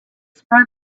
spread